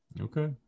Okay